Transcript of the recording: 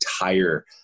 entire